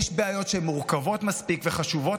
יש בעיות שהן מורכבות מספיק וחשובות